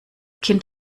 kind